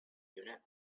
unit